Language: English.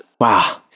Wow